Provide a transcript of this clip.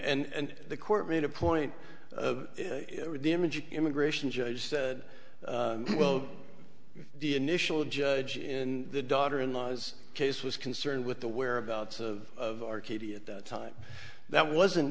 mean and the court made a point the image of immigration judge said well the initial judge in the daughter in law was case was concerned with the whereabouts of of arcadia at that time that wasn't